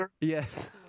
Yes